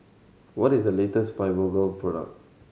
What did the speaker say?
what is the latest Fibogel product